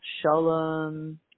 shalom